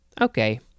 okay